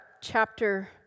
chapter